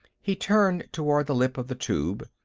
he turned toward the lip of the tube.